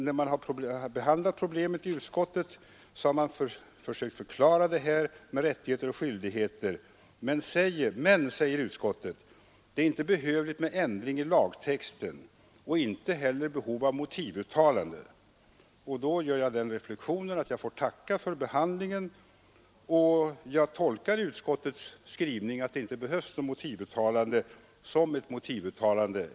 När man behandlat problemen i utskottet har man försökt förklara begreppen rättigheter och skyldigheter, men utskottet säger att det inte anses behövligt att föreslå ändringar i lagtexten eller att göra några särskilda motivuttalanden. Då får jag inskränka mig till att tacka för behandlingen. Jag tolkar utskottets skrivning så att den utgör ett motivuttalande.